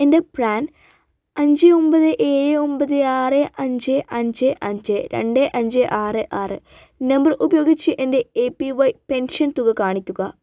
എന്റെ പ്രാൻ അഞ്ച് ഒമ്പത് ഏഴ് ഒമ്പത് ആറ് അഞ്ച് അഞ്ച് അഞ്ച് രണ്ട് അഞ്ച് ആറ് ആറ് നമ്പർ ഉപയോഗിച്ച് എന്റെ എ പി വൈ പെൻഷൻ തുക കാണിക്കുക